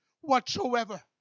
whatsoever